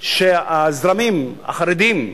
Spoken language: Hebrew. שהזרמים החרדיים,